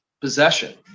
possession